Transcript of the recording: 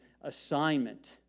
assignment